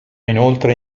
inoltre